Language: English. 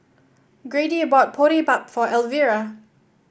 Grady bought Boribap for Elvira